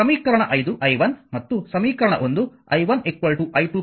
ಸಮೀಕರಣ 5 i1 ಮತ್ತು ಸಮೀಕರಣ 1 i1 i2 i3